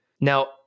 Now